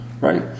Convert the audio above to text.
right